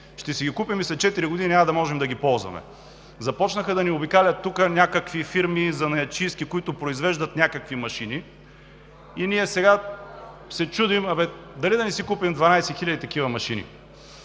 Ще си ги купим и след четири години няма да можем да ги ползваме. Започнаха да ни обикалят тук някакви фирми – занаятчийски, които произвеждат някакви машини, и ние сега се чудим дали да не си купим 12 хиляди такива машини.